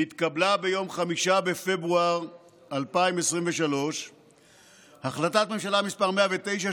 נתקבלה ביום 5 בפברואר 2023 החלטת ממשלה מס' 109,